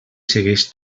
segueix